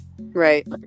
right